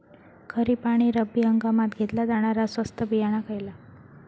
खरीप आणि रब्बी हंगामात घेतला जाणारा स्वस्त बियाणा खयला?